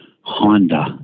Honda